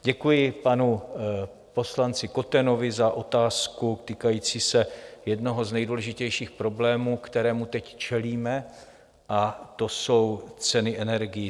Děkuji panu poslanci Kotenovi za otázku týkající se jednoho z nejdůležitějších problémů, kterým teď čelíme, a to jsou ceny energií.